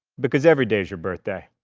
because every day is your birthday.